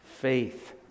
faith